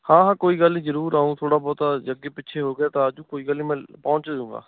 ਹਾਂ ਕੋਈ ਗੱਲ ਜ਼ਰੂਰ ਆਉਂ ਥੋੜ੍ਹਾ ਬਹੁਤਾ ਅੱਗੇ ਪਿੱਛੇ ਹੋ ਗਿਆ ਤਾਂ ਅੱਜ ਕੋਈ ਗੱਲ ਨਹੀਂ ਮੈਂ ਪਹੁੰਚ ਜਾਵਾਂਗਾ